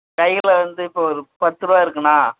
கையில் வந்து இப்போ ஒரு பத்துரூபா இருக்குதுண்ணா